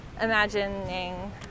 imagining